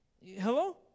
Hello